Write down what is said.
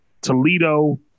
Toledo